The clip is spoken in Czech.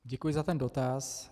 Děkuji za ten dotaz.